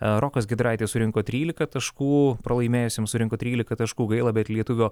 rokas giedraitis surinko trylika taškų pralaimėjusiems surinko trylika taškų gaila bet lietuvio